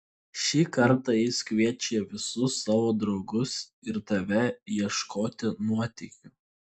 šį kartą jis kviečia visus savo draugus ir tave ieškoti nuotykių